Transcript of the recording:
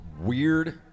weird